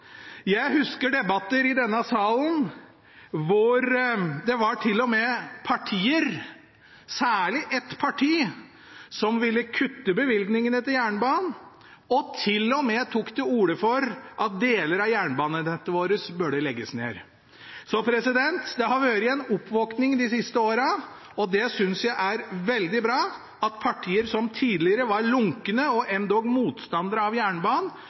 Jeg husker debatter i denne salen hvor det var partier – særlig ett parti – som til og med ville kutte bevilgningene til jernbanen og til og med tok til orde for at deler av jernbanenettet vårt burde legges ned. Så det har vært en oppvåkning de siste åra, og jeg synes det er veldig bra at partier som tidligere var lunkne og endog motstandere av jernbanen,